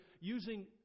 using